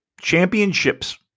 championships